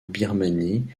birmanie